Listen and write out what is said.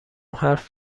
حرف